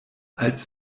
als